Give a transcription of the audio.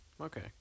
Okay